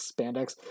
spandex